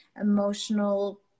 emotional